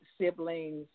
siblings